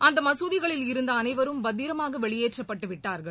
அந்தமசூதிகளில் இருந்தஅனைவரும் பத்திரமாகவெளியேற்றப்பட்டுவிட்டார்கள்